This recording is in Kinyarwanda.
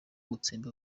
gutsemba